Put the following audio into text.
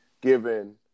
given